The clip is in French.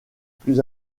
plus